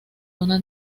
una